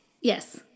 Yes